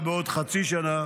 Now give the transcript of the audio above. בעוד חצי שנה